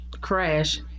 crash